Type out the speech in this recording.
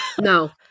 no